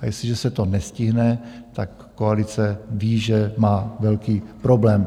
A jestliže se to nestihne, tak koalice ví, že má velký problém.